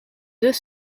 deux